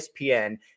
ESPN